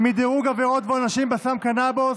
מדרוג עבירות ועונשים בסם קנבוס),